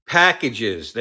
packages